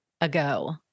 ago